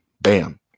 Bam